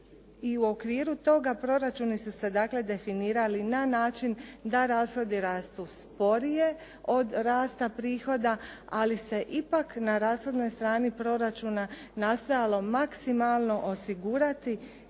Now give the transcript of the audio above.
I u okviru toga proračuni su se dakle definirali na način da rashodi rastu sporije od rasta prihoda ali se ipak na rashodnoj strani proračuna nastojalo maksimalno osigurati